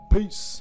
Peace